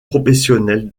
professionnelle